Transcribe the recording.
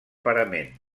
parament